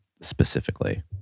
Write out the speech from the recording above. specifically